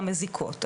אלא מזיקות,